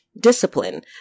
discipline